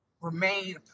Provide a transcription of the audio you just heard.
remain